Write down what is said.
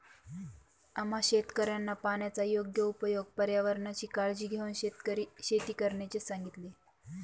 आम्हा शेतकऱ्यांना पाण्याचा योग्य उपयोग, पर्यावरणाची काळजी घेऊन शेती करण्याचे सांगितले